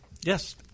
yes